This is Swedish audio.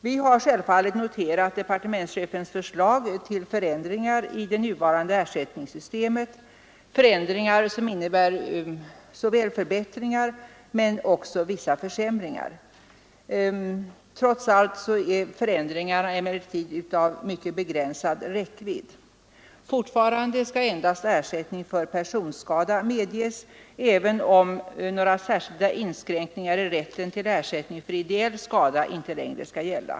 Vi har självfallet noterat departementschefens förslag till förändringar i det nuvarande ersättningssystemet, förändringar som innebär förbättringar men också vissa försämringar. Trots allt är förändringarna emellertid av mycket begränsad räckvidd. Fortfarande skall endast ersättning för personskada medges även om några särskilda inskränkningar i rätten till ersättning för ideell skada inte längre skall gälla.